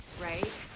right